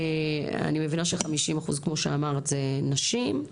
אני מבינה ש-50% אחוז, כמו שאמרת, זה נשים.